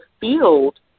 field